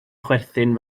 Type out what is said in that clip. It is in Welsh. chwerthin